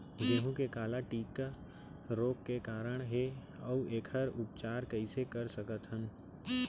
गेहूँ के काला टिक रोग के कारण का हे अऊ एखर उपचार कइसे कर सकत हन?